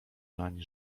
nań